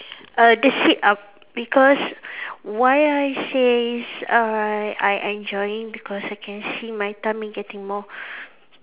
err the sit up because why I says I I enjoy it because I can see my tummy getting more